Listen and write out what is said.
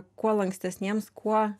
kuo lankstesniems kuo